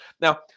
Now